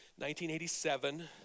1987